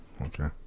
okay